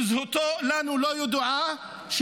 שזהותו לא ידועה לנו,